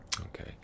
Okay